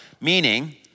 meaning